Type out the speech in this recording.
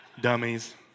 dummies